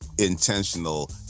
intentional